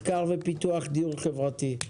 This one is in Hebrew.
מחקר ופיתוח דיור חברתי,